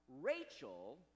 Rachel